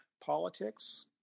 politics